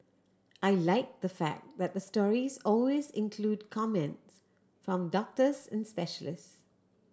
I like the fact that the stories always include comments from doctors and specialist